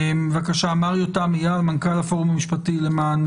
מר יותם אייל, מנכ"ל הפורום המשפטי למען